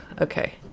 Okay